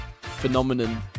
phenomenon